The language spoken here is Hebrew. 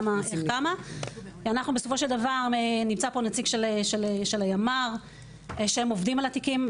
נמצא פה נציג של הימ"ר שהם עובדים על התיקים.